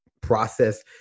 process